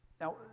Now